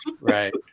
right